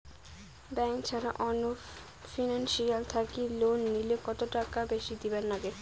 Bank ছাড়া অন্য financial থাকি লোন নিলে কতটাকা বেশি দিবার নাগে?